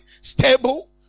stable